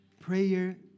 Prayer